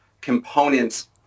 components